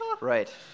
Right